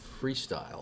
freestyle